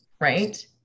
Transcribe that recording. right